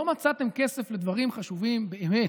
לא מצאתם כסף לדברים חשובים באמת.